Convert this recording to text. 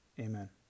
Amen